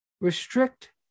restrict